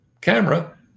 camera